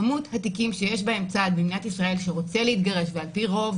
כמות התיקים שיש בהם צד במדינת ישראל שרוצה להתגרש ועל-פי רוב